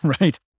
right